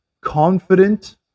confident